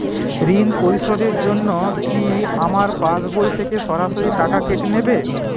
ঋণ পরিশোধের জন্য কি আমার পাশবই থেকে সরাসরি টাকা কেটে নেবে?